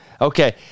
Okay